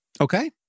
Okay